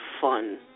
fun